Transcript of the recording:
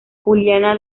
juliana